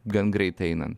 gan greitai einan